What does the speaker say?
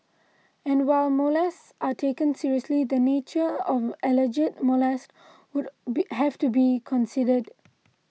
and while molests are taken seriously the nature of alleged molest would be have to be considered